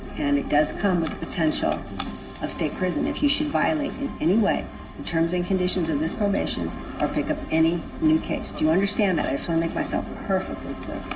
and it does come with a potential of state prison if you should violate in any way the terms and conditions of this probation or pick up any new case. do you understand that? i just want to make myself perfectly